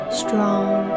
strong